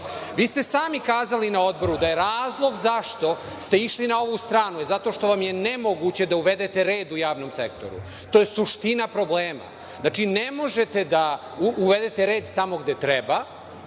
ste kazali na odboru da je razlog zašto ste išli na ovu stranu zato što vam je nemoguće da uvedete red u javnom sektoru. To je suština problema. Znači, ne možete da uvedete red tamo gde treba